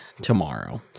tomorrow